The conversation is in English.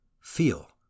feel